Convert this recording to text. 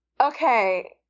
Okay